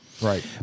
Right